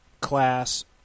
class